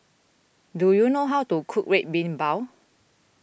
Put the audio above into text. do you know how to cook Red Bean Bao